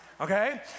Okay